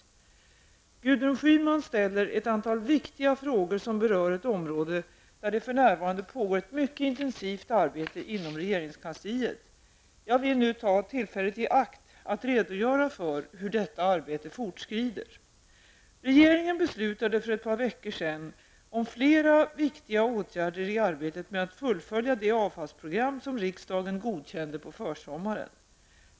Gudrun Schyman ställer ett antal viktiga frågor som berör ett område, där det för närvarande pågår ett mycket intensivt arbete inom regeringskansliet. Jag vill nu ta tillfället i akt att redogöra för hur detta arbete fortskrider. Regeringen beslutade för ett par veckor sedan om flera viktiga åtgärder i arbetet med att fullfölja det avfallsprogram som riksdagen godkände på försommaren.